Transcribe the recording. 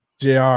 Jr